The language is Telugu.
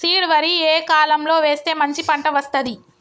సీడ్ వరి ఏ కాలం లో వేస్తే మంచి పంట వస్తది?